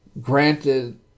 granted